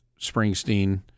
Springsteen